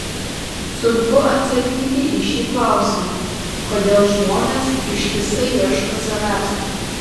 sunku atsakyti į šį klausimą kodėl žmonės ištisai ieško savęs